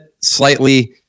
slightly